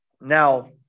Now